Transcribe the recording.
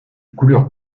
couleur